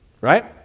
Right